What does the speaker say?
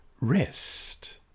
rest